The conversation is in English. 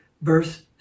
verse